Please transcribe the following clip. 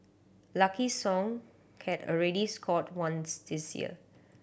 Lucky Song had already scored once this year